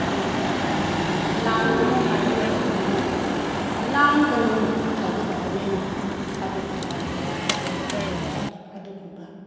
ꯀꯔꯤꯒꯤꯔꯥ ꯍꯥꯏꯔꯒ ꯂꯥꯡꯒꯅꯨ ꯍꯥꯏꯔꯣꯏꯗꯧꯕꯅꯦ ꯂꯥꯡꯒꯅꯨ ꯍꯥꯏꯒꯗꯕꯅꯦ ꯍꯥꯏꯕꯒꯨꯝꯕ ꯑꯩꯈꯣꯏꯗ ꯈꯨꯗꯣꯡ ꯆꯥꯗꯕ ꯑꯗꯨꯒꯨꯝꯕ